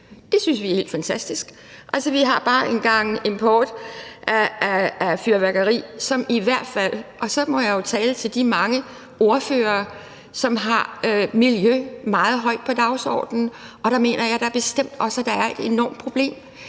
Det synes vi er helt fantastisk. Altså, vi har bare en gang import af fyrværkeri, som jeg i hvert fald – og sådan må jeg jo tale til de mange ordførere, som har miljø meget højt på dagsordenen – bestemt også mener er et enormt problem.